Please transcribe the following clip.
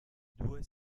due